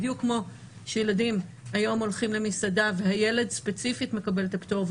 בדיוק כמו שילדים היום הולכים למסעדה והילד ספציפית מקבל את הפטור,